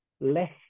less